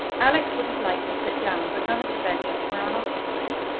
alex would have liked to sit down, but none of the benches were unoccupied,